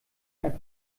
ein